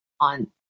on